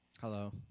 Hello